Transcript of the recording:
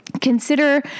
consider